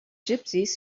gypsies